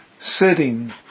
sitting